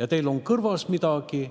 Ja teil on kõrvas midagi